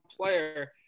player